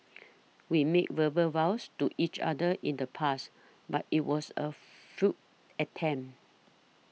we made verbal vows to each other in the past but it was a futile attempt